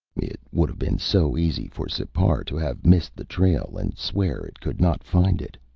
it would have been so easy for sipar to have missed the trail and swear it could not find it.